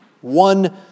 one